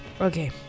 okay